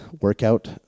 workout